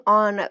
on